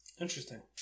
Interesting